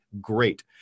great